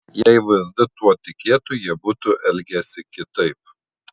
jei vsd tuo tikėtų jie būtų elgęsi kitaip